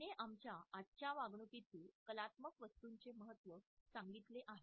तिने आमच्या आजच्या वागणुकीतले कलात्मक वस्तूंचे महत्त्व सांगितले आहे